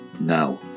Now